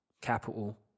Capital